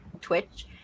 twitch